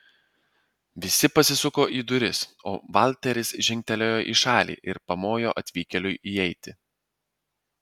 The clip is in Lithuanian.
visi pasisuko į duris o valteris žingtelėjo į šalį ir pamojo atvykėliui įeiti